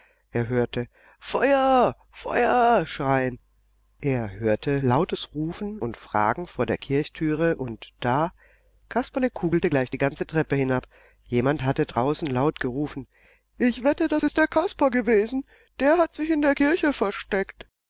er hörte feuer feuer schreien er hörte lautes rufen und fragen vor der kirchentüre und da kasperle kugelte gleich die ganze treppe hinab jemand hatte draußen laut gerufen ich wette das ist der kasper gewesen der hat sich in der kirche versteckt